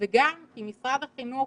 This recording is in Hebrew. וגם כי משרד החינוך